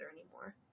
anymore